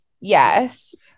Yes